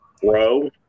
grow